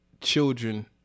children